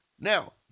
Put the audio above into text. Now